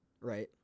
right